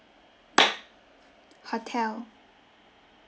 hotel